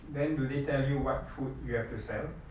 then do they tell you what food you have to sell